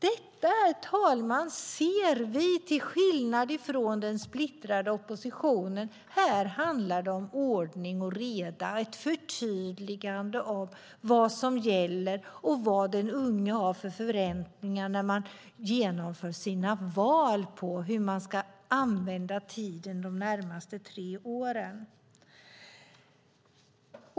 Detta, herr talman, ser vi till skillnad från den splittrade oppositionen. Här handlar det om ordning och reda, ett förtydligande av vad som gäller och vad de unga har att förvänta sig när de genomför sina val inför de närmaste tre åren.